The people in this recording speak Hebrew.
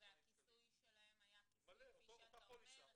-- והכיסוי שלהם היה כיסוי כפי שאתה אומר?